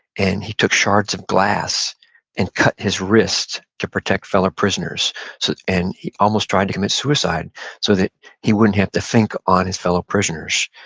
and he took shards of glass and cut his wrists to protect fellow prisoners so, and he almost tried to commit suicide so that he wouldn't have to think on his fellow prisoners,